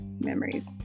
memories